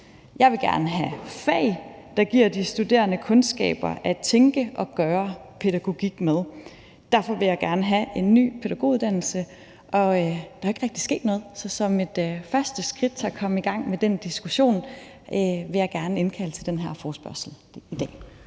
Jeg vil gerne have fag, der giver de studerende kundskaber til at tænke og udføre pædagogik med. Derfor vil jeg gerne have en ny pædagoguddannelse. Der er ikke rigtig sket noget, så som et første skridt til at komme i gang med den diskussion har jeg indkaldt til den her forespørgselsdebat